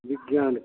विज्ञान का